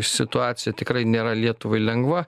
situacija tikrai nėra lietuvai lengva